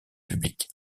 public